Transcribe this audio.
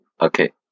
Okay